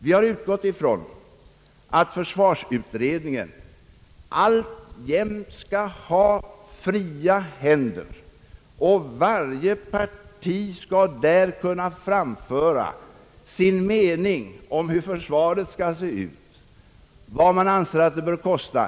Vi har utgått ifrån att försvarsutredningen alltjämt skall ha fria händer. Varje parti skall därför kunna lägga fram sin mening om hur försvaret skall se ut och vad man anser att det bör kosta.